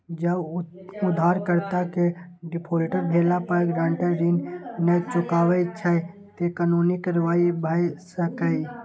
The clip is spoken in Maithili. जौं उधारकर्ता के डिफॉल्टर भेला पर गारंटर ऋण नै चुकबै छै, ते कानूनी कार्रवाई भए सकैए